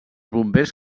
bombers